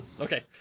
Okay